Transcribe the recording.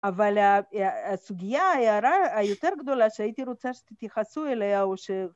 ‫אבל הסוגיה, ההערה, היותר גדולה ‫שהייתי רוצה שתתייחסו אליה, ‫שהוא...